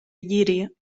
lliri